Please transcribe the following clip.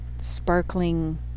sparkling